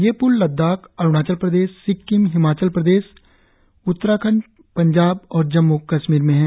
ये प्ल लद्दाख अरूणाचल प्रदेश सिक्किम हिमाचल प्रदेश उत्तराखंड पंजाब और जम्मू कश्मीर में हैं